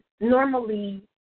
Normally